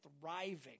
thriving